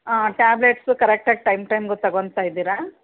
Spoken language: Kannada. ಹಾಂ ಟ್ಯಾಬ್ಲೆಟ್ಸು ಕರೆಕ್ಟಾಗಿ ಟೈಮ್ ಟೈಮ್ಗು ತಗೋತಾ ಇದ್ದೀರಾ